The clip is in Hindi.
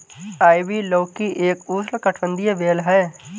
आइवी लौकी एक उष्णकटिबंधीय बेल है